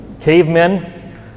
cavemen